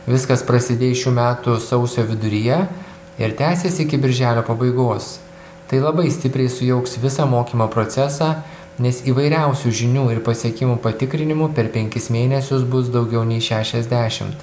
viskas prasidės šių metų sausio viduryje ir tęsiasi iki birželio pabaigos tai labai stipriai sujauks visą mokymo procesą nes įvairiausių žinių ir pasiekimų patikrinimų per penkis mėnesius bus daugiau nei šešiasdešimt